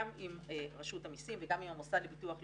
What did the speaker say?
גם עם רשות המיסים וגם עם המוסד לביטוח לאומי,